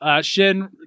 Shin